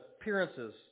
appearances